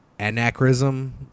anachronism